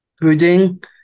pudding